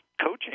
coaching